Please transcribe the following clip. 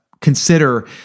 consider